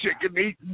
Chicken-Eating